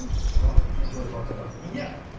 sharad, you sort of brought that up. yeah.